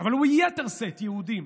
אבל ביתר שאת יהודים,